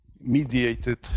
mediated